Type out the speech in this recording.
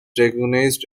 recognized